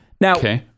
Now